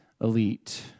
elite